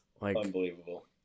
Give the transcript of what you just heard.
Unbelievable